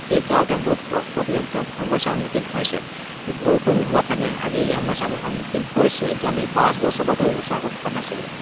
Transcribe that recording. সেইকাৰণে তেওঁ বহুত প প্ৰব্লেম সমস্যাৰ সন্মুখীন হৈছে এই বৰষুণ নোহোৱা কাৰণে আজি যি সমস্যা আমি সন্মুখীন হৈছোঁ এইটো আমি পাঁচ বছৰৰ বা দহ বছৰ আগত হোৱা নাছিলোঁ